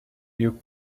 you